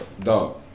dog